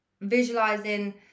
visualizing